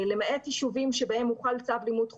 למעט יישובים שבהם הוחל צו לימוד חובה,